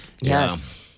Yes